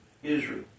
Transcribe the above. Israel